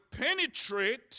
penetrate